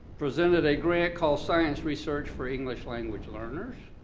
presented a grant called science research for english language learners.